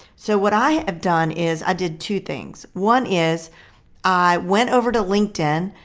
so what i have done is, i did two things. one is i went over to linkedin,